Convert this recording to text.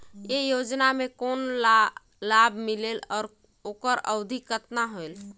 ये योजना मे कोन ला लाभ मिलेल और ओकर अवधी कतना होएल